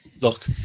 look